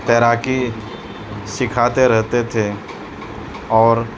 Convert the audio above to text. تیراکی سکھاتے رہتے تھے اور